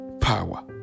power